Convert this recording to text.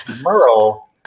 Merle